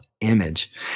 image